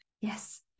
Yes